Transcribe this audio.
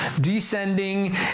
descending